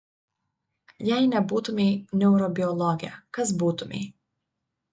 jei nebūtumei neurobiologė kas būtumei